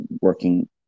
working